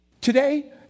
Today